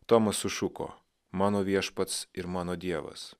tomas sušuko mano viešpats ir mano dievas